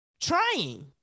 trying